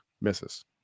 misses